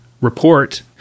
report